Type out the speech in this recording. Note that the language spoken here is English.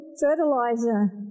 fertilizer